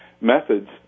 methods